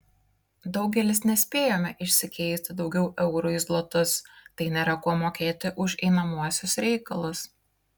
daugelis nespėjome išsikeisti daugiau eurų į zlotus tai nėra kuo mokėti už einamuosius reikalus